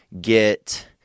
get